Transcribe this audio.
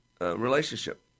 relationship